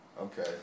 okay